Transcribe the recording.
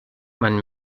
man